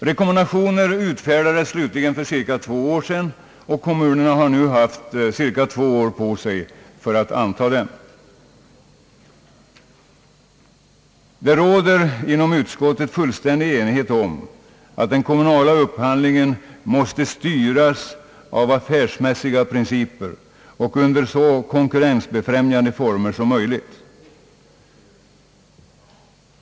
Rekommendationer utfärdades slutligen för cirka två år sedan, och kommunerna har alltså haft cirka två år på sig för att anta dessa. Det råder inom utskottet fullständig enighet om att den kommunala upphandlingen måste styras av affärsmässiga principer och under så konkurrensbefrämjande former som möjligt.